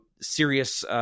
serious